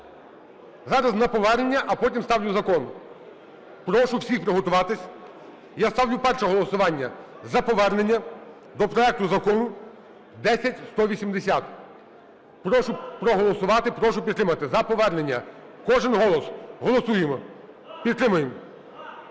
Зараз - на повернення, а потім ставлю закон. Прошу всіх приготуватися. Я ставлю перше голосування за повернення до проекту Закону 10180. Прошу проголосувати, прошу підтримати. За повернення. Кожен голос. Голосуємо. Підтримуємо.